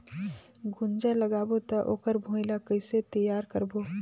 गुनजा लगाबो ता ओकर भुईं ला कइसे तियार करबो?